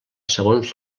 segons